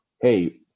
Hey